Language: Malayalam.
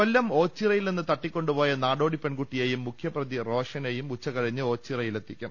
കൊല്ലം ഓച്ചിറയിൽ നിന്ന് തട്ടിക്കൊണ്ടു പോയ നാടോടി പെൺകുട്ടിയെയും മുഖ്യപ്രതി റോഷനെയും ഉച്ച കഴിഞ്ഞ് ഓച്ചി റയിൽ എത്തിക്കും